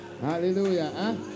Hallelujah